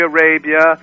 Arabia